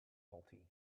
faulty